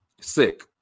Sick